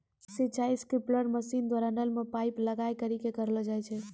सिंचाई sprinkler machine द्वारा नल मे पाइप लगाय करि क करलो जाय छै